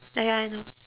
ya ya I know